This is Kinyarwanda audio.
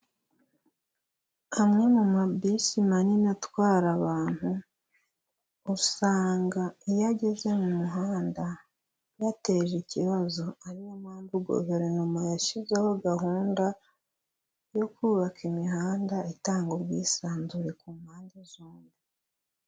Amwe mu mabisi manini atwara abantu, usanga iyo ageze mu muhanda yateje ikibazo, ariyo mpamvu guverinoma yashyizeho gahunda yo kubaka imihanda itanga ubwisanzure ku mpande zombi.